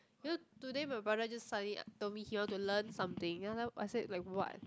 you know today my brother just suddenly told me he want to learn something and then I said like what